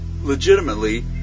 legitimately